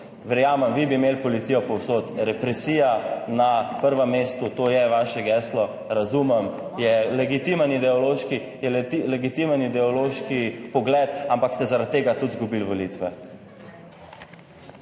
Verjamem, vi bi imeli policijo povsod. Represija na prvem mestu, to je vaše geslo, razumem. Je legitimen ideološki pogled, ampak ste zaradi tega tudi izgubili volitve.